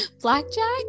Blackjack